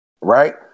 Right